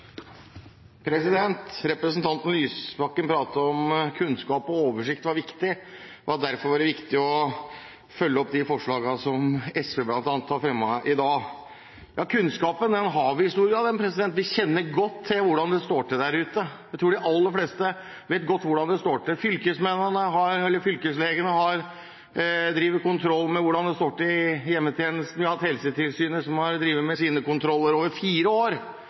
oversikt var viktig, og at det derfor var viktig å følge opp de forslagene som bl.a. SV har fremmet i dag. Ja, kunnskapen har vi i stor grad. Vi kjenner godt til hvordan det står til der ute. Jeg tror de aller fleste vet godt hvordan det står til. Fylkeslegene driver kontroll med hvordan det står til i hjemmetjenesten, og vi har Helsetilsynet som har drevet med sine kontroller over fire år,